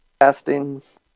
castings